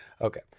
Okay